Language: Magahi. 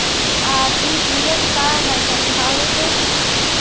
आर.टी.जी.एस का है समझाहू तो?